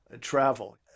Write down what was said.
travel